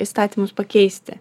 įstatymus pakeisti